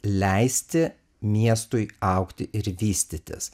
leisti miestui augti ir vystytis